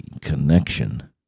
connection